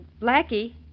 Blackie